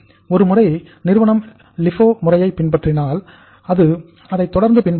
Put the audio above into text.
ஒரு முறை நிறுவனம் LIFO முறையை பின்பற்றினால் அது அதை தொடர்ந்து பின்பற்றும்